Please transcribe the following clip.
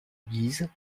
guise